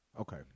Okay